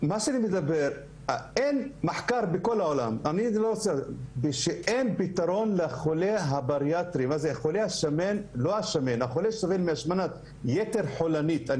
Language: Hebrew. אין מחקר בכל העולם שנותן פיתרון אחר לחולה שסובל מהשמנת יתר חולנית: